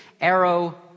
arrow